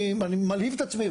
אני מלהיב את עצמי,